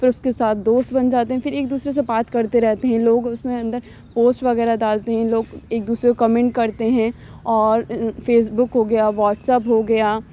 پھر اُس کے ساتھ دوست بن جاتے ہیں پھر ایک دوسرے سے بات کرتے رہتے ہیں لوگ اُس میں اندر پوسٹ وغیرہ ڈالتے ہیں لوگ ایک دوسرے کو کمنٹ کرتے ہیں اور فیس بک ہوگیا واٹس ایپ ہوگیا